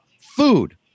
food